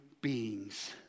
beings